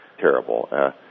terrible